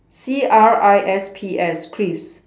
C R I S P S crisps